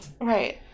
right